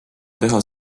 teha